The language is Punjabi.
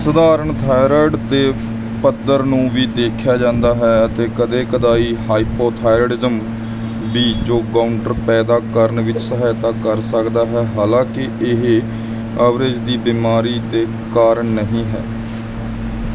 ਸਧਾਰਣ ਥਾਇਰਾਇਡ ਦੇ ਪੱਧਰ ਨੂੰ ਵੀ ਦੇਖਿਆ ਜਾਂਦਾ ਹੈ ਅਤੇ ਕਦੇ ਕਦਾਈਂ ਹਾਈਪੋਥਾਇਰਾਇਡਿਜ਼ਮ ਵੀ ਜੋ ਗੌਇਟਰ ਪੈਦਾ ਕਰਨ ਵਿੱਚ ਸਹਾਇਤਾ ਕਰ ਸਕਦਾ ਹੈ ਹਾਲਾਂਕਿ ਇਹ ਅਵਰੇਜ਼ ਦੀ ਬਿਮਾਰੀ ਦੇ ਕਾਰਨ ਨਹੀਂ ਹੈ